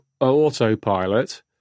autopilot